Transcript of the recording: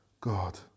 God